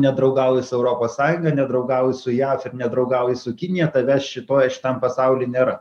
nedraugauji su europos sąjunga nedraugauji su jav ir nedraugauji su kinija tavęs šitoj šitam pasauly nėra